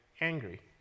angry